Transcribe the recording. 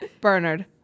Bernard